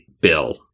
bill